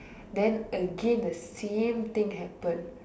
then again the same thing happen